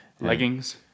leggings